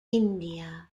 india